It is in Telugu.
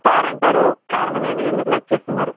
కార్ అంటారు కారణం ఏమి ఎందుకు లైక్ చేస్తున్నారు